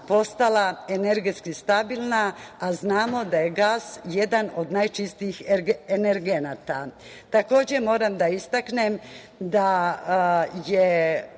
postala energetski stabilna, a znamo da je gas jedan od najčistijih energenata. Moram da istaknem, da je